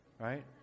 right